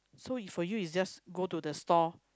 so you for you is just go to the store